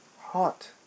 Hot